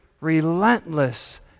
relentless